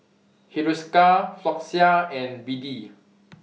Hiruscar Floxia and BD